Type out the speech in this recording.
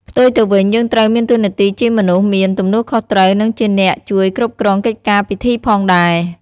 ផ្ទុយទៅវិញ យើងត្រូវមានតួនាទីជាមនុស្សមាន ទំនួលខុសត្រូវ និងជាអ្នក ជួយគ្រប់គ្រងកិច្ចការពិធីផងដែរ។